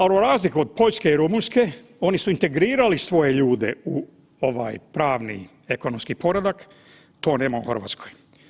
Ali razlika od Poljske i Rumunjske oni su integrirali svoje ljude u pravni ekonomski poredak, to nema u Hrvatskoj.